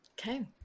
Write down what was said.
Okay